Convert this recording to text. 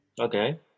Okay